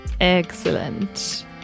Excellent